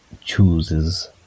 chooses